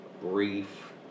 brief